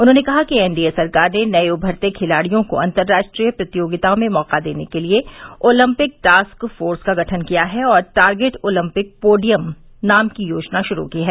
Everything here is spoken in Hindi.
उन्होंने कहा कि एनडीए सरकार ने नये उमरते खिलाड़ियों को अंतर्राष्ट्रीय प्रतियोगिताओं में मौका देने के लिए ओलम्पिक टॉस्क फोर्स का गठन किया है और टार्गेट ओलम्पिक पोडियम नाम की योजना शुरू की है